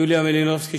יוליה מלינובסקי,